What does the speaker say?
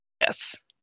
Yes